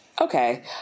Okay